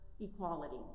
equality